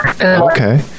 okay